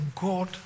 God